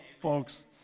folks